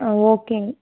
ஆ ஓகேங்க